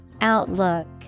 Outlook